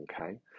okay